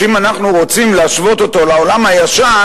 אם אנחנו רוצים להשוות אותו לעולם הישן,